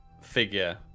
figure